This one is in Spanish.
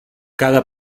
cada